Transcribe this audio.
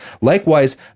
Likewise